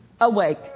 awake